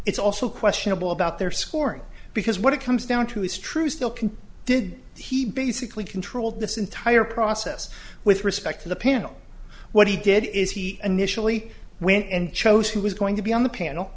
it's also questionable about their scoring because what it comes down to is true still can did he basically control this entire process with respect to the panel what he did is he initially went and chose who was going to be on the panel